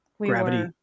Gravity